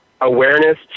awareness